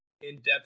in-depth